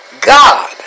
God